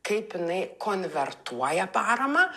kaip jinai konvertuoja paramą